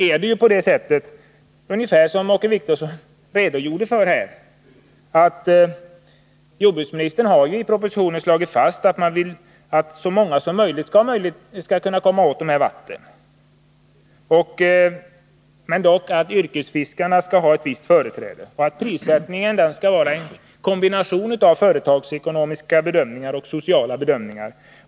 Jordbruksministern har, som Åke Wictorsson redogjorde för, i propositionen slagit fast att regeringen vill att så många som möjligt skall komma åt dessa vatten. Yrkesfiskarna skall dock ha ett visst företräde. Och prissättningen skall vara ett utslag av en kombination av företagsekonomiska och sociala bedömningar.